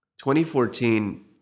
2014